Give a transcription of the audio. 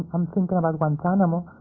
i'm thinking about guantanamo.